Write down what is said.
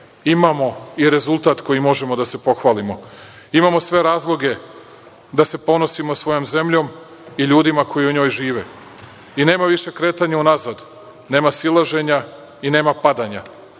imamo i rezultat kojim možemo da se pohvalimo. Imamo sve razloge da se ponosimo svojom zemljom i ljudima koji u njoj žive. Nema više kretanja unazad, nema silaženja i nema padanja.